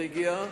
זה הגיע.